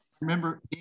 remember